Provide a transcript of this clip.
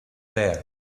there